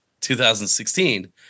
2016